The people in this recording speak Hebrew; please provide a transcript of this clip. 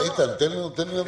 איתן, תן לו לנמק.